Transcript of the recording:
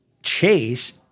Chase